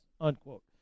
unquote